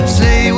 say